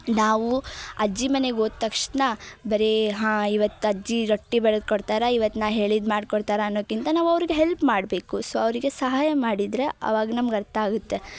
ನಾವು ಅಜ್ಜಿಮನೆಗೆ ಹೋದ ತಕ್ಷಣ ಬರೇ ಹಾಂ ಇವತ್ತು ಅಜ್ಜಿ ರೊಟ್ಟಿ ಬಳ್ದು ಕೊಡ್ತಾರೆ ಇವತ್ತು ನಾ ಹೇಳಿದ ಮಾಡ್ಕೊಡ್ತಾರೆ ಅನ್ನೋಕ್ಕಿಂತ ನಾವು ಅವರಿಗೆ ಹೆಲ್ಪ್ ಮಾಡಬೇಕು ಸೊ ಅವರಿಗೆ ಸಹಾಯ ಮಾಡಿದರೆ ಅವಾಗ ನಮ್ಗೆ ಅರ್ಥ ಆಗುತ್ತೆ